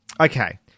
okay